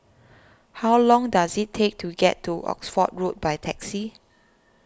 how long does it take to get to Oxford Road by taxi